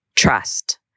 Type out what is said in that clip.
Trust